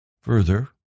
Further